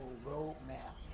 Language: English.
road map